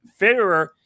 Fitterer